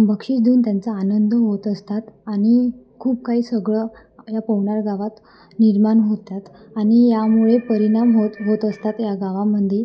बक्षीस देऊन त्यांचा आनंद होत असतात आणि खूप काही सगळं या पवनार गावात निर्माण होतात आणि यामुळे परिणाम होत होत असतात या गावामध्ये